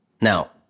Now